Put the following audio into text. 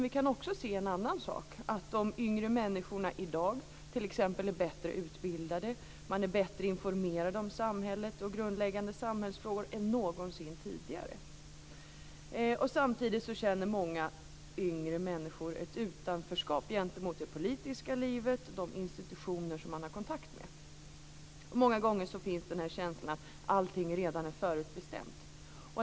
Vi kan också se en annan sak, och det är att yngre människor i dag är bättre utbildade och bättre informerade om samhället och grundläggande samhällsfrågor än någonsin tidigare. Samtidigt känner många yngre människor ett utanförskap gentemot det politiska livet och de institutioner som man har kontakt med. Många gånger finns känslan att allting redan är förutbestämt.